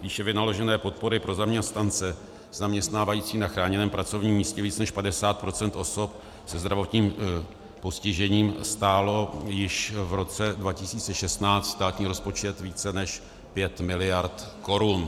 Výše vynaložené podpory pro zaměstnance zaměstnávající na chráněném pracovním místě víc než 50 % osob se zdravotním postižením stálo již v roce 2016 státní rozpočet více než 5 miliard korun.